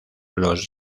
los